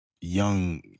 young